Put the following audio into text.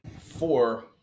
four